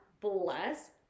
bless